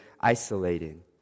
isolating